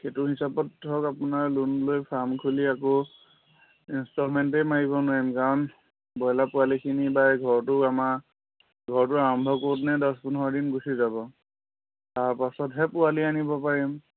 সেইটো হিচাপত ধৰক আপোনাৰ ল'ন লৈ ফাৰ্ম খুলি আকৌ ইনষ্টলমেণ্টেই মাৰিব নোৱাৰিম কাৰণ ব্ৰইলাৰ পোৱালিখিনি বা ঘৰটো আমাৰ ঘৰটো আৰম্ভ কৰোঁতে দহ পোন্ধৰ দিন গুচি যাব তাৰপাছতহে পোৱালি আনিব পাৰিম